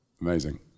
Amazing